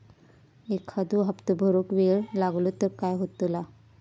एखादो हप्तो भरुक वेळ लागलो तर काय होतला?